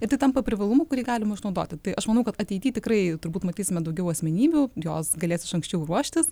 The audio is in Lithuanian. ir tai tampa privalumu kurį galima išnaudoti tai aš manau kad ateity tikrai turbūt matysime daugiau asmenybių jos galės anksčiau ruoštis